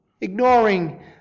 ignoring